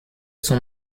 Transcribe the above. son